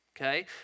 okay